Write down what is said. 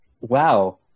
wow